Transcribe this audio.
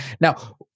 Now